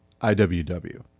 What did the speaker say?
IWW